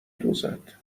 دوزد